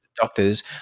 doctors